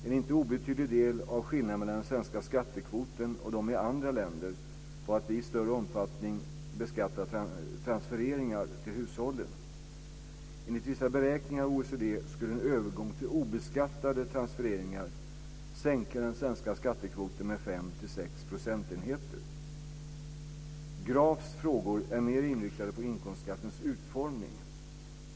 En inte obetydlig del av skillnaden mellan den svenska skattekvoten och de i andra länder beror på att vi i större omfattning beskattar transfereringar till hushållen. Enligt vissa beräkningar av OECD skulle en övergång till obeskattade transfereringar sänka den svenska skattekvoten med 5-6 procentenheter. Grafs frågor är mer inriktade på inkomstskattens utformning.